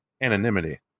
anonymity